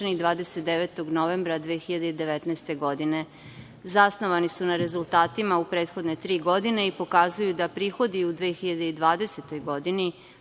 29. novembra 2019. godine. Zasnovani su na rezultatima u prethodne tri godine i pokazuju da prihodi u 2020. godini